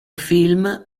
film